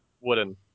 Wooden